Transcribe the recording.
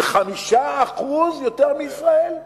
ב-5% יותר מישראל.